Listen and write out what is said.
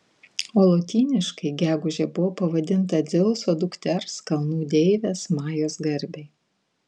o lotyniškai gegužė buvo pavadinta dzeuso dukters kalnų deivės majos garbei